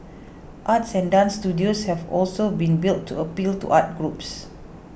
arts and dance studios have also been built to appeal to arts groups